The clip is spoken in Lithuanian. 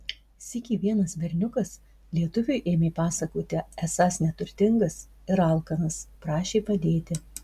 sykį vienas berniukas lietuviui ėmė pasakoti esąs neturtingas ir alkanas prašė padėti